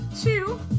two